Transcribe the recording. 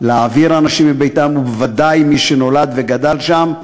להעביר אנשים מביתם, ובוודאי את מי שנולד וגדל שם,